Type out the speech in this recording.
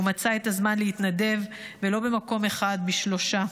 הוא מצא את הזמן להתנדב, ולא במקום אחד, בשלושה.